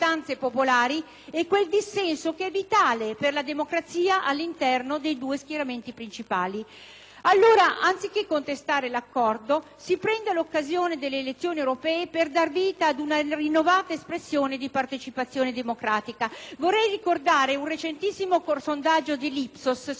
Allora, anziché contestare l'accordo, si prenda l'occasione delle elezioni europee per dar vita ad una rinnovata espressione di partecipazione democratica. Vorrei ricordare un recentissimo sondaggio dell'IPSOS su questa materia e su questo disegno di legge: da esso emerge che il 70 per cento degli italiani è favorevole all'introduzione